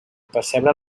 percebre